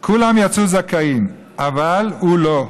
כולם יצאו זכאים, אבל הוא לא.